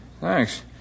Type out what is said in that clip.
Thanks